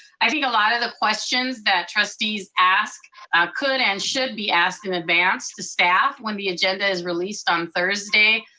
i think a lot of the questions that trustees ask could and should be asked in advance to staff when the agenda is released on thursday.